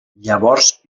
llavors